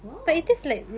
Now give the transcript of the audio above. !wow!